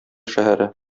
шәһәре